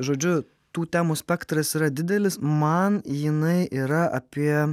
žodžiu tų temų spektras yra didelis man jinai yra apie